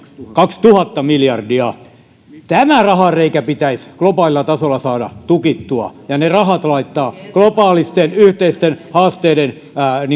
kaksituhatta miljardia tämä rahareikä pitäisi globaalilla tasolla saada tukittua ja ne rahat laittaa globaalisten yhteisten haasteiden